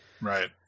Right